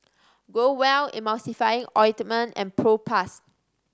Growell Emulsying Ointment and Propass